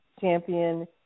Champion